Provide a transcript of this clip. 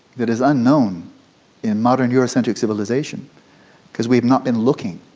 that is unknown in modern eurocentric civilisation because we have not been looking.